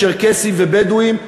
צ'רקסיים ובדואיים,